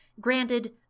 Granted